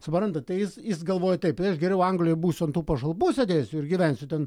suprantat tai jis jis galvoja taip aš geriau anglijoje būsiu ant tų pašalpų sėdėsiu ir gyvensiu ten